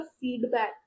feedback